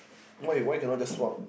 why why cannot just swap